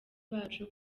bacu